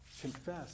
confess